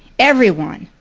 everyone,